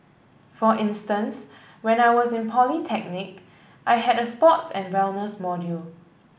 for instance when I was in polytechnic I had a sports and wellness module